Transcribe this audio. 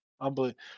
Unbelievable